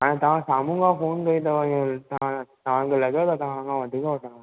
हाणे तव्हां साम्हूं खां फोन कई अथव इअं तव्हांखे लॻे थो तव्हां खां वधीक वठंदुमि